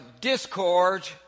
discord